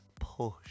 push